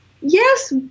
Yes